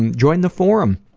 and join the forum.